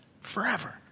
forever